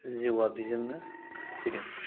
जिउआ बेजोंनो फैदों